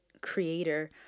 creator